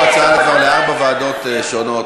יש פה הצעה לארבע ועדות שונות.